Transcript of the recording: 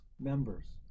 members